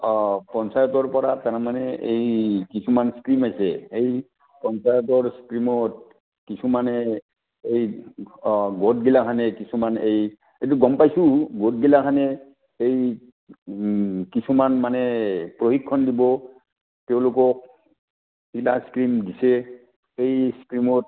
অঁ পঞ্চায়তৰ পৰা তাৰমানে এই কিছুমান স্কীম আছে এই পঞ্চায়তৰ স্কীমত কিছুমানে এই অঁ গোটবগিলাখনে কিছুমান এই এইটো গম পাইছোঁ গোটগিলাখনে এই কিছুমান মানে প্ৰশিক্ষণ দিব তেওঁলোকক স্কীম দিছে এই স্কীমত